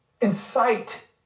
incite